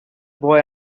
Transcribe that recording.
boy